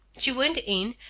she went in,